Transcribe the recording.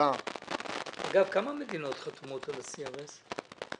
אגב, כמה מדינות חתומות על ה-CRS?